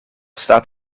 staat